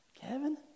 Kevin